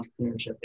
entrepreneurship